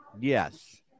Yes